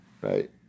right